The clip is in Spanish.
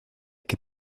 que